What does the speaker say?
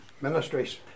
Ministries